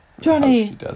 Johnny